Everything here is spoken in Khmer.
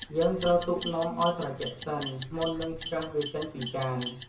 យើងត្រូវទុកនំឲ្យត្រជាក់សិន មុននឹងឆ្កឹះវាចេញពីចាន។